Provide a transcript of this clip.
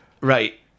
right